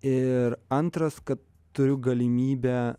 ir antras kad turiu galimybę